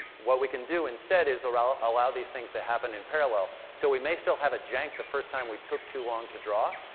what we can do instead is allow allow these things to happen in parallel, so we may still have a jank the first time we took too long to draw,